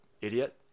Idiot